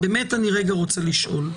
אני רוצה רגע לשאול.